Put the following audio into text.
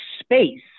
space